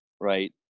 right